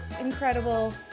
incredible